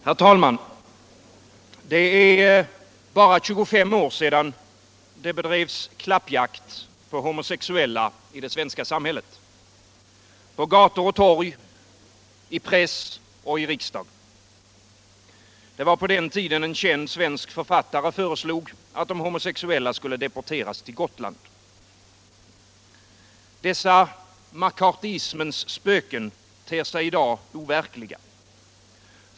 Herr talman! Det är bara tjugofem år sedan det bedrevs klappjakt på homosexuella i det svenska samhället — på gator och torg, i press och riksdag. Det var på den tiden en känd svensk författare föreslog att de homosexuella skulle deporteras till Gotland. Dessa McCarthyismens spöken ter sig i dag overkliga.